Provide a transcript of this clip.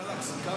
חד וחלק, סיכמנו.